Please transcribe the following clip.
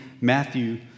Matthew